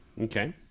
okay